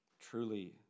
truly